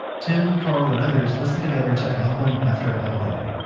tim, carl, and others listened together to album after album.